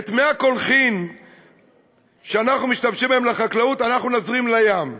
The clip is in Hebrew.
" "את מי הקולחין שאנחנו משתמשים בהם לחקלאות אנחנו נזרים לים.